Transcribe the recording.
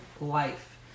life